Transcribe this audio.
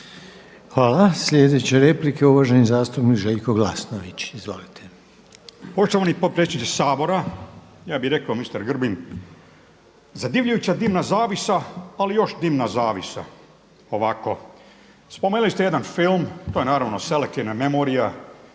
Hvala. Sljedeća replika je uvaženi zastupnik Željko Glasnović, izvolite. **Glasnović, Željko (Nezavisni)** Poštovani potpredsjedniče Sabora, ja bih rekao mister Grbin zadivljujuća dimna zavjesa, ali još dimna zavjesa. Ovako, spomenuli ste jedan film, to je naravno selektivna memorija